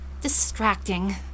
distracting